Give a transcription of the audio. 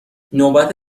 نوبت